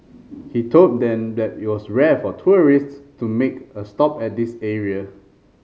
he told them that it was rare for tourists to make a stop at this area